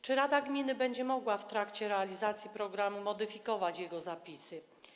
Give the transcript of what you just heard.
Czy rada gminy będzie mogła w trakcie realizacji programu modyfikować jego zapisy?